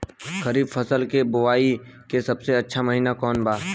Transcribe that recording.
खरीफ फसल के बोआई के सबसे अच्छा महिना कौन बा?